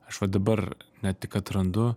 aš va dabar ne tik atrandu